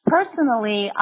Personally